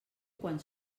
quan